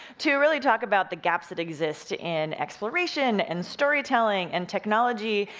to really talk about the gaps that exist in exploration and storytelling and technology,